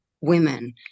women